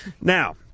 Now